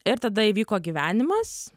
ir tada įvyko gyvenimas